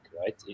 right